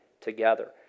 together